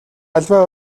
аливаа